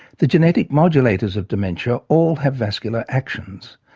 the genetic modulators of dementia all have vascular actions.